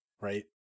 right